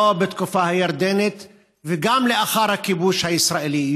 לא בתקופה הירדנית וגם לאחר הכיבוש הישראלי.